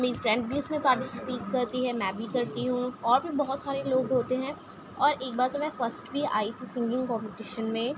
میری فرینڈ بھی اس میں پارٹسپیٹ کرتی ہیں میں بھی کرتی ہوں اور بھی بہت سارے لوگ ہوتے ہیں اور ایک بار تو میں فسٹ بھی آئی تھی سنگنگ کومپٹیشن میں